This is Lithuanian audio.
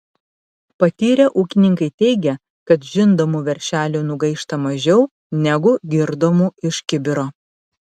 patyrę ūkininkai teigia kad žindomų veršelių nugaišta mažiau negu girdomų iš kibiro